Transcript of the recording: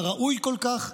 הראוי כל כך,